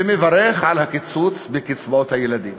ומברך על הקיצוץ בקצבאות הילדים.